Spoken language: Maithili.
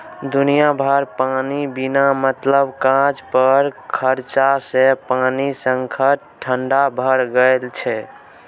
दुनिया भरिमे पानिक बिना मतलब काज पर खरचा सँ पानिक संकट ठाढ़ भए गेल छै